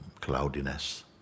cloudiness